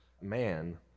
man